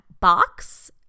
box